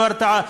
לא הרתעה,